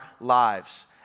lives